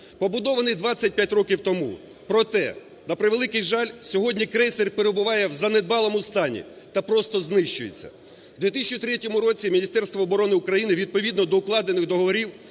побудований 25 років тому. Проте, на превеликий жаль, сьогодні крейсер перебуває в занедбаному стані та просто знищується. В 2003 році Міністерство оборони України відповідно до укладених договорів